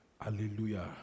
Hallelujah